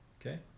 okay